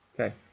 Okay